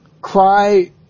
cry